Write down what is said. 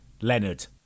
Leonard